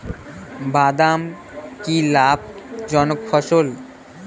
বাদাম কি লাভ জনক ফসল?